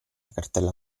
cartella